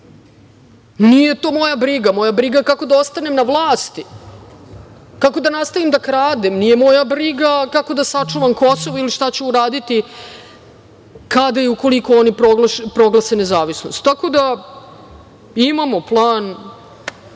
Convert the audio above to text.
Nije to moja briga. Moja briga je kako da ostanem na vlasti, kako da nastavim da kradem. Nije moja briga kako da sačuvam Kosovo ili šta ću uraditi kada i ukoliko oni proglase nezavisnost. Tako da, imamo plan. Još